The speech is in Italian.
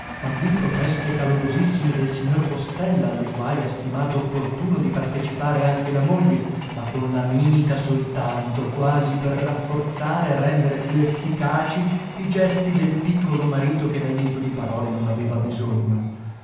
ma qui proteste calorosissime del signor postella alle quali ha stimato opportuno di partecipare anche la moglie ma con la mimica soltanto quasi per rafforzare e rendere più efficaci i gesti del piccolo marito che d'ajuto di parole non aveva bisogno